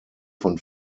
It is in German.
von